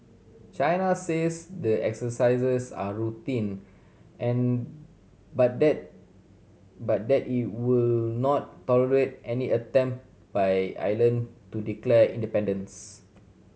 China says the exercises are routine and but that but that it will not tolerate any attempt by island to declare independence